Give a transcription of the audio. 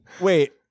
Wait